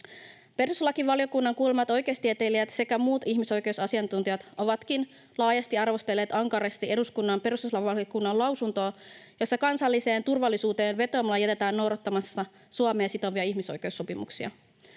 Perustuslakivaliokunnan kuulemat oikeustieteilijät sekä muut ihmisoikeusasiantuntijat ovatkin arvostelleet laajasti ja ankarasti eduskunnan perustuslakivaliokunnan lausuntoa, jossa kansalliseen turvallisuuteen vetoamalla jätetään noudattamatta Suomea sitovia ihmisoikeussopimuksia.